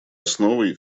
основой